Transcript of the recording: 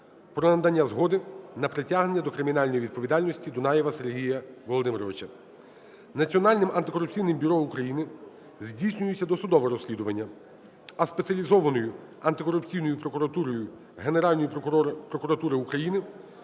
про надання згоди на притягнення до кримінальної відповідальності Дунаєва Сергія Володимировича. Національним антикорупційним бюро України здійснюється досудове розслідування, а Спеціалізованою антикорупційною прокуратурою Генеральної прокуратури України